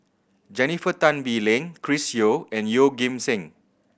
Jennifer Tan Bee Leng Chris Yeo and Yeoh Ghim Seng